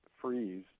freeze